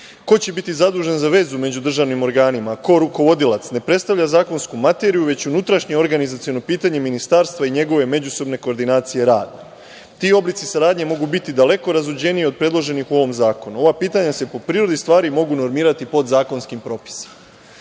Ko će biti zadužen za vezu međudržavnim organima, ko rukovodilac ne predstavlja zakonsku materiju, već unutrašnje organizaciono pitanje Ministarstva i njegove međusobne koordinacije rada. Ti oblici saradnje mogu biti daleko razuđeniji od predloženih u ovom zakonu. Ova pitanja se, po prirodi stvari, mogu normirati podzakonskim propisima. Dakle,